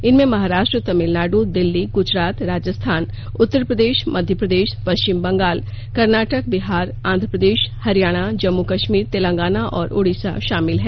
इनमें महाराष्ट्र तमिलनाडू दिल्ली गुजरात राजस्थान उत्तरप्रदेश मध्यप्रदेश पश्चिमबंगाल कर्नाटक बिहार आंध्रप्रदेश हरियाणा जम्मू कश्मीर तेलंगाना और ओडिसा शामिल हैं